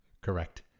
Correct